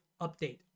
update